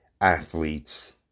athletes